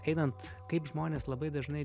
einant kaip žmonės labai dažnai